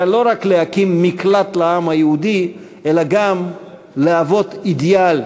היה לא רק להקים מקלט לעם היהודי אלא גם להוות אידיאל,